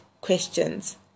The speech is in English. questions